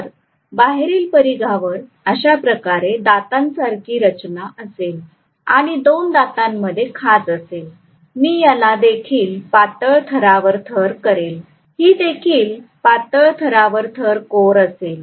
तर बाहेरील परिघावर अशाप्रकारे दातांसारखी रचना असेल आणि दोन दातांमध्ये खाच असेल मी याला देखील पातळ थरावर थर करेल ही देखील पातळ थरावर थर कोअर असेल